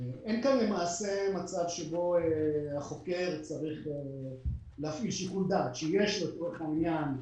אין מצב שבו החוקר צריך להפעיל שיקול דעת, כמו